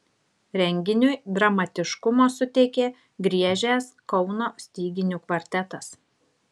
renginiui dramatiškumo suteikė griežęs kauno styginių kvartetas